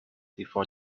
before